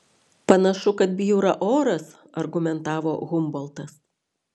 panašu kad bjūra oras argumentavo humboltas